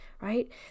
right